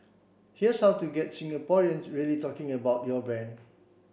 here's how to get Singaporeans really talking about your brand